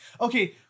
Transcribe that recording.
okay